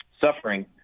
suffering